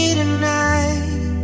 tonight